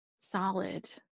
solid